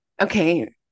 Okay